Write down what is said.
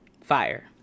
fire